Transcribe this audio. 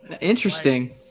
Interesting